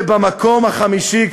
ובמקום החמישי,